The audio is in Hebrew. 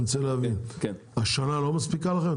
אני רוצה להבין: שנה לא מספיקה לכם?